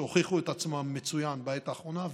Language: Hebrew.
שהוכיחו את עצמם מצוין בעת האחרונה,